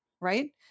right